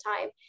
time